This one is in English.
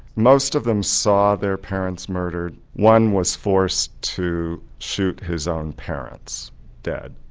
most of them saw their parents murdered one was forced to shoot his own parents dead.